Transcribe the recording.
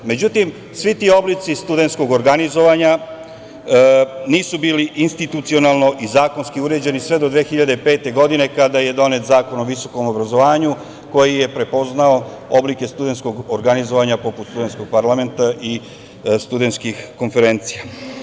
Međutim, svi ti oblici studentskog organizovanja nisu bili institucionalno i zakonski uređeni sve do 2005. godine, kada je donet Zakon o visokom obrazovanju, koji je prepoznao oblike studentskog organizovanja poput studentskog parlamenta i studentskih konferencija.